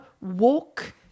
walk